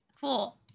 Cool